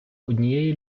однієї